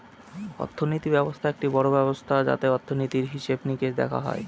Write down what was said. অর্থনীতি ব্যবস্থা একটি বড়ো ব্যবস্থা যাতে অর্থনীতির, হিসেবে নিকেশ দেখা হয়